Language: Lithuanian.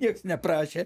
nieks neprašė